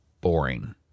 boring